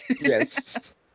Yes